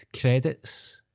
credits